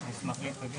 הישיבה ננעלה בשעה